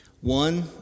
one